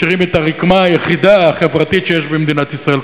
משאירים את הרקמה היחידה החברתית שיש במדינת ישראל,